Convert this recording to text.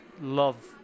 love